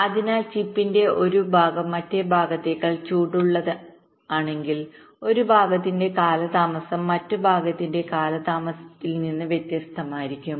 അതിനാൽ ചിപ്പിന്റെ ഒരു ഭാഗം മറ്റേ ഭാഗത്തേക്കാൾ ചൂടുള്ളതാണെങ്കിൽ ഒരു ഭാഗത്തിന്റെ കാലതാമസം മറ്റ് ഭാഗത്തിന്റെ കാലതാമസത്തിൽ നിന്ന് വ്യത്യസ്തമായിരിക്കും